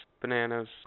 bananas